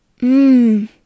Mmm